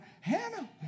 Hannah